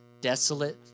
desolate